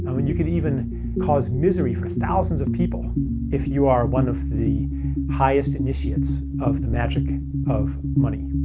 i mean you can even cause misery for thousands of people if you are one of the highest initiates of the magic of money.